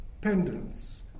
pendants